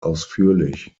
ausführlich